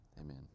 Amen